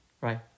Right